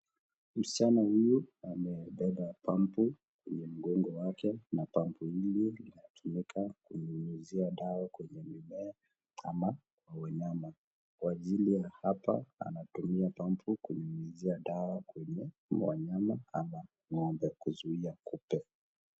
Msichana huyu amebeba pump kwa mgongo wake na pump hiyo inatumika kunyunyuzia dawa kwenye mimea au kwa wanyama kwa ajili ya hapa anatumia pump kunyunyuzia dawa kwenye wanyama au ng'ombe kuzuia kupe.